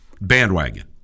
bandwagon